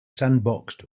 sandboxed